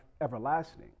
everlasting